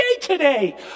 today